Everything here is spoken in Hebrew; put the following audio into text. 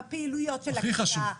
הפעילויות של הכיתה,